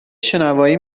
شنوایی